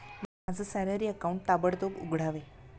माझं salary account ताबडतोब उघडावे